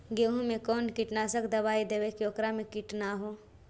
गेहूं में कोन कीटनाशक दबाइ देबै कि ओकरा मे किट न हो?